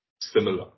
similar